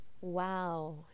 Wow